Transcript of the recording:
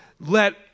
let